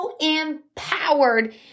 empowered